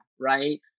right